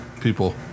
people